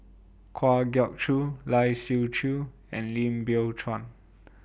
Kwa Geok Choo Lai Siu Chiu and Lim Biow Chuan